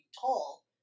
tall